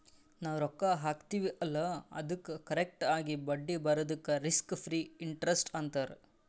ನಾವ್ ರೊಕ್ಕಾ ಹಾಕ್ತಿವ್ ಅಲ್ಲಾ ಅದ್ದುಕ್ ಕರೆಕ್ಟ್ ಆಗಿ ಬಡ್ಡಿ ಬರದುಕ್ ರಿಸ್ಕ್ ಫ್ರೀ ಇಂಟರೆಸ್ಟ್ ಅಂತಾರ್